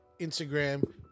Instagram